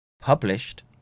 published